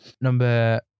number